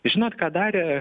žinot ką darė